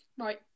right